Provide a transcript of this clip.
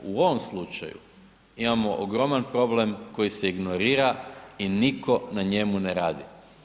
U ovom slučaju imamo ogroman problem koji se ignorira i nitko na njemu ne radi.